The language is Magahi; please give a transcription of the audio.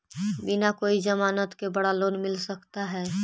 बिना कोई जमानत के बड़ा लोन मिल सकता है?